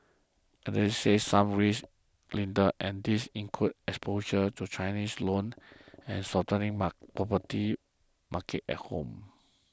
analysts say some risks linger and these include exposure to Chinese loans and a softening property market at home